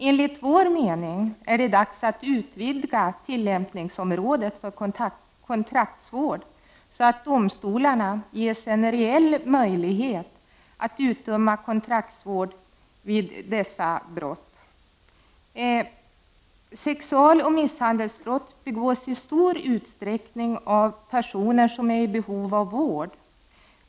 Enligt vår mening är det dags att utvidga tillämpningsområdet för kontraktsvård så, att domstolarna ges en reell möjlighet att utdöma kontraktsvård vid dessa brott. Sexualoch misshandelsbrott begås i stor utsträckning av personer som är i behov av vård.